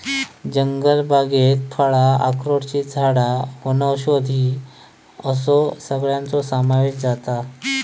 जंगलबागेत फळां, अक्रोडची झाडां वनौषधी असो सगळ्याचो समावेश जाता